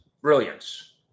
brilliance